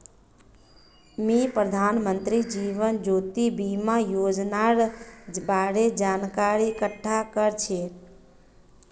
मी प्रधानमंत्री जीवन ज्योति बीमार योजनार बारे जानकारी इकट्ठा कर छी